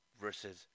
versus